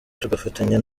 tugafatanya